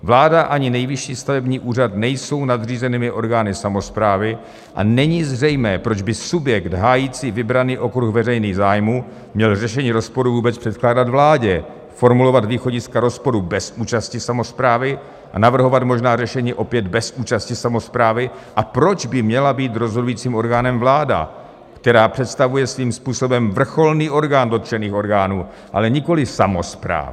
Vláda ani Nejvyšší stavební úřad nejsou nadřízenými orgány samosprávy a není zřejmé, proč by subjekt hájící vybraný okruh veřejných zájmů měl řešení rozporů vůbec předkládat vládě, formulovat východiska rozporů bez účasti samosprávy a navrhovat možná řešení opět bez účasti samosprávy a proč by měla být rozhodujícím orgánem vláda, která představuje svým způsobem vrcholný orgán dotčených orgánů, ale nikoli samospráv.